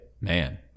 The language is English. Man